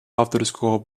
авторського